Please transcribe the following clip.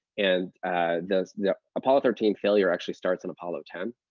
and the yeah apollo thirteen failure actually starts in apollo ten,